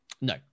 No